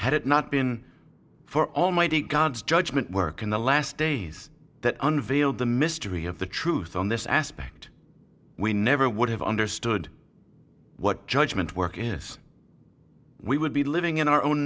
had it not been for almighty god's judgment work in the last days that unveiled the mystery of the truth on this aspect we never would have understood what judgment work is we would be living in our own